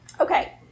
Okay